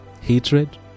hatred